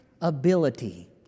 ability